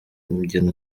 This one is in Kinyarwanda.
umugeni